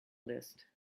list